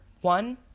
one